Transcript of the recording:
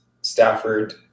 Stafford